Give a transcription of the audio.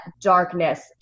darkness